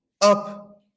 up